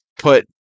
put